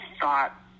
thought